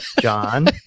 John